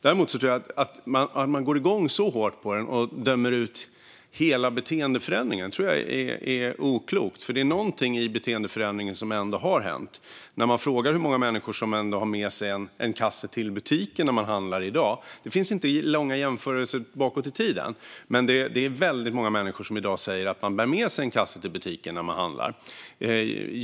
Att man går igång så hårt på den och dömer ut hela beteendeförändringen tror jag dock är oklokt, för någonting har ändå hänt med beteendet. Det finns inget att jämföra med långt bakåt i tiden, men när man i dag frågar hur många människor som har med sig en kasse till butiken när de handlar är det väldigt många som säger att de bär med sig en kasse.